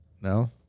No